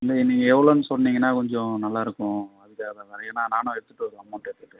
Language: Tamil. இல்லை நீங்கள் எவ்வளோனு சொன்னீங்கனா கொஞ்சம் நல்லாயிருக்கும் அதுக்காகத் தான் சார் ஏன்னா நானும் எடுத்துட்டு வருவேன் அமௌண்ட் எடுத்துட்டு